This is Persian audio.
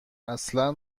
اصلا